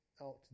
out